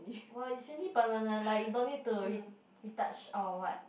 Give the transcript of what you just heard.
!wow! usually permanent like you don't need to re~ retouch or what